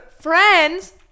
Friends